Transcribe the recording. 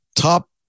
Top